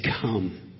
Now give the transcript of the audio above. come